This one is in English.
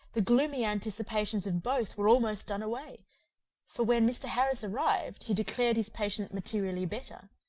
the gloomy anticipations of both were almost done away for when mr. harris arrived, he declared his patient materially better.